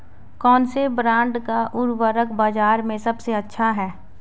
कौनसे ब्रांड का उर्वरक बाज़ार में सबसे अच्छा हैं?